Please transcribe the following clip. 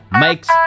makes